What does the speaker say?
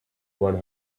one